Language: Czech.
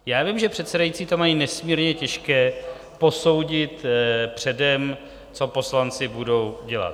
Já vím, že předsedající to mají nesmírně těžké, posoudit předem, co poslanci budou dělat.